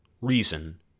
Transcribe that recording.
reason